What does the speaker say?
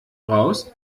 raus